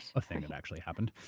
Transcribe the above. a thing that actually happened.